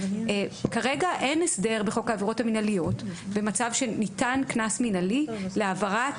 כרגע אין הסדר בחוק העבירות המינהליות במצב שניתן קנס מינהלי להעברת